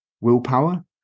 willpower